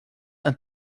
and